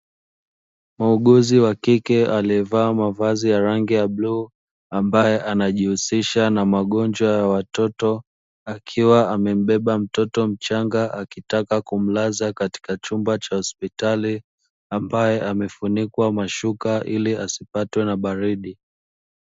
Muuguzi wa kike, aliyevaa mavazi ya rangi ya bluu ambae anajihusisha na magonjwa ya watoto. Akiwa amembeba mtoto mchanga akitaka kumlaza katika chumba cha hospitali, ambaye amefunikwa mashuka ili asipatwe na baridi.